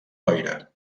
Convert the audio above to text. loira